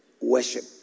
worship